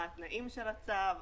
מה התנאים של הצו,